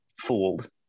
fooled